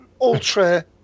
ultra